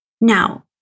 Now